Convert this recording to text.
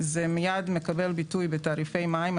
מיד מקבלים ביטוי בתעריפי המים,